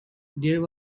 there